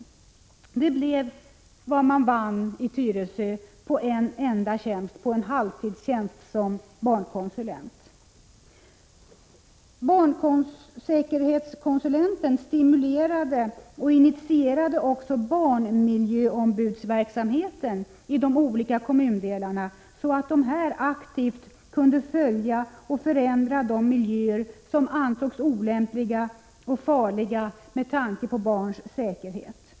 Det var vad Tyresö vann på en halvtidstjänst som barnkonsulent. Barnsäkerhetskonsulenten stimulerade och initierade också barnmiljöombudsverksamheten i olika kommundelar så att dessa aktivt kunde följa och förändra de miljöer som ansågs olämpliga och farliga med tanke på barns säkerhet.